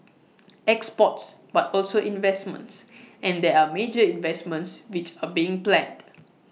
exports but also investments and there are major investments which are being planned